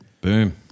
Boom